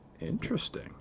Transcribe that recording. Interesting